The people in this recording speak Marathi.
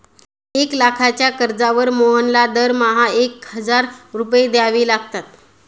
एक लाखाच्या कर्जावर मोहनला दरमहा एक हजार रुपये द्यावे लागतात